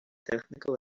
technical